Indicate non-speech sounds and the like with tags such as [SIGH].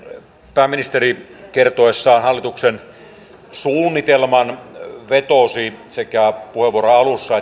pääministeri kertoessaan hallituksen suunnitelman vetosi sekä puheenvuoron alussa [UNINTELLIGIBLE]